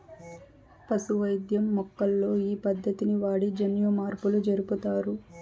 పశు వైద్యం మొక్కల్లో ఈ పద్దతిని వాడి జన్యుమార్పులు జరుపుతారు